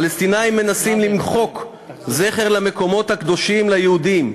פלסטינים מנסים למחוק זכר למקומות הקדושים ליהודים,